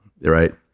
right